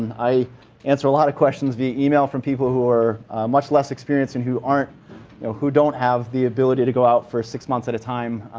i answer a lot of questions via email from people who are much less experienced and who aren't who don't have the ability to go out for six months at a time.